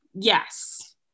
yes